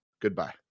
Goodbye